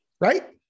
Right